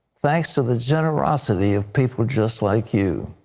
thanks to the generosity of people just like you.